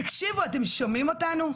תקשיבו, אתם שומעים אותנו?